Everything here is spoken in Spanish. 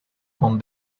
con